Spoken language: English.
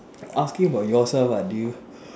asking about yourself lah do you